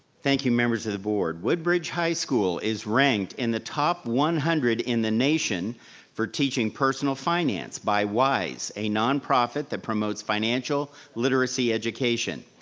thank you members of the board. woodbridge high school is ranked in the top one hundred in the nation for teaching personal finance by wise, a non-profit that promotes financial literacy education?